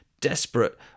desperate